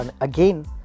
again